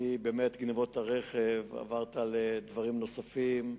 באמת, מגנבות הרכב עברת לדברים נוספים,